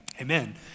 amen